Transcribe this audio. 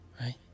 right